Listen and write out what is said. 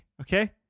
okay